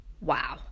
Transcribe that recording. wow